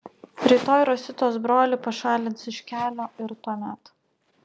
rytoj rositos brolį pašalins iš kelio ir tuomet